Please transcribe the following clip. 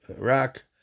Iraq